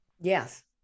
Yes